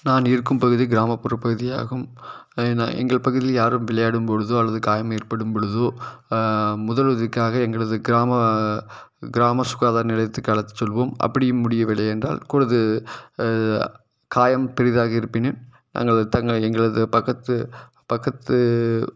நான் இருக்கும் பகுதி கிராமப்புற பகுதியாகும் ஏன்னா எங்கள் பகுதியில் யாரும் விளையாடும் பொழுதோ அல்லது காயம் ஏற்படும் பொழுதோ முதலுதவிக்காக எங்களது கிராம கிராம சுகாதார நிலையத்துக்கு அழைத்து செல்வோம் அப்படியும் முடியவில்லை என்றால் அப்பொழுது காயம் பெரியதாக இருப்பினில் தங்களது தங்க எங்களது பக்கத்து பக்கத்து